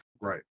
right